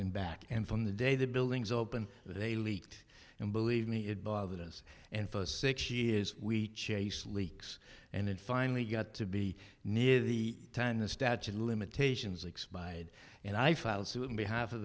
in back and from the day the buildings opened they leaked and believe me it bothered us and for six years we chased leaks and then finally got to be near the time the statute of limitations likes by and i filed suit on behalf of